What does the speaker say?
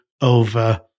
over